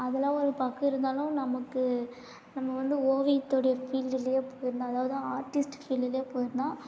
அதெல்லாம் ஒரு பக்கம் இருந்தாலும் நமக்கு நம்ம வந்து ஓவியத்தோடைய ஃபீல்டுலேயே போயிருந்தால் அதாவது ஆர்ட்டிஸ்ட் ஃபீல்டுலேயே போயிருந்தால்